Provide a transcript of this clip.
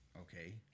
Okay